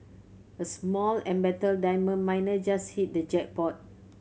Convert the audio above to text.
a small embattled diamond miner just hit the jackpot